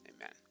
Amen